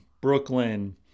Brooklyn